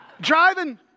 driving